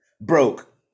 broke